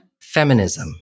feminism